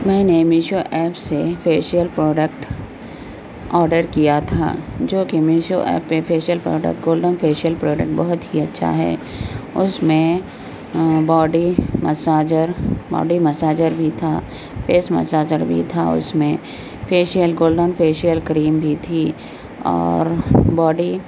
میں نے میشو ایپ سے فیشیل پروڈکٹ آڈر کیا تھا جو کہ میشو ایپ پہ facial product golden facial product بہت ہی اچھا ہے اس میں باڈی مساج اور باڈی مساجر بھی تھا فیس مساجر بھی تھا اس میں فیشیل گولڈن فیشیل کریم بھی تھی اور باڈی